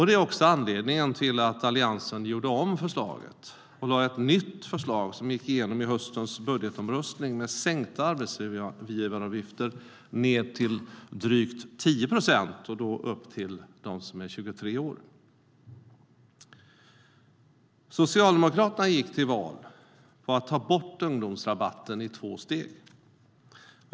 Det är också anledningen till att Alliansen gjorde om förslaget och lade fram ett nytt förslag som gick igenom höstens budgetomröstning med sänkta arbetsgivaravgifter ned till drygt 10 procent för dem upp till 23 års ålder. Socialdemokraterna gick till val på att ta bort ungdomsrabatten i två steg.